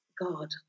God